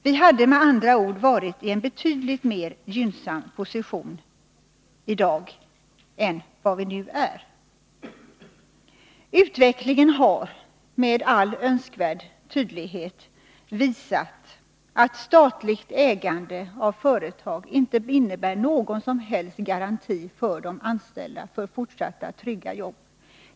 Vi hade med andra ord varit i en betydligt mer gynnsam position än vad vi nu är. Utvecklingen har med all önskvärd tydlighet visat att statligt ägande av företag inte innebär någon som helst garanti för fortsatta trygga jobb för de anställda.